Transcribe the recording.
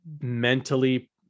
mentally